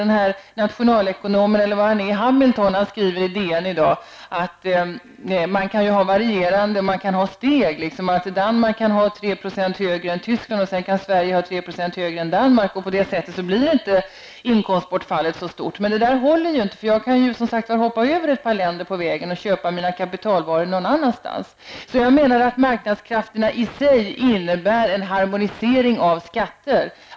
Nationalekonomen, eller vad han nu är, Carl B Hamilton, skriver i DN i dag att man kan ha varierande skattesatser, att Danmark kan ha 3 % högre än Tyskland, och sedan kan Sverige ha 3 % högre än Danmark, och på detta sätt blir inte inkomstbortfallet så stort. Men detta håller inte, eftersom jag kan hoppa över ett par länder på vägen och köpa mina kapitalvaror någon annanstans. Marknadskrafterna i sig innebär en harmonisering av skatterna.